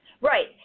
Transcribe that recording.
Right